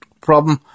problem